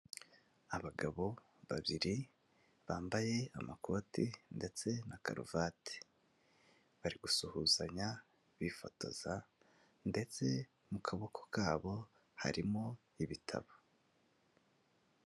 Abagabo babiri bambaye amakoti ndetse na karuvati, bari gusuhuzanya bifotoza ndetse mu kaboko kabo harimo ibitabo.